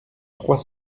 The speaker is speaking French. trois